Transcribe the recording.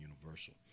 universal